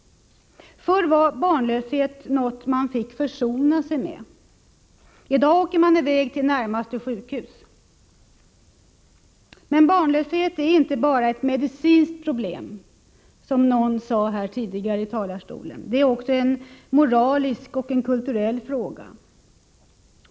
Förr var barnlöshet något man fick försona sig med. I dag åker man i väg till närmaste sjukhus. Men barnlöshet är inte bara ett medicinskt problem, som någon här i talarstolen sade tidigare, utan det är också en moralisk och kulturell fråga.